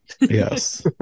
Yes